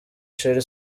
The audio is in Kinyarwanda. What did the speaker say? sherrie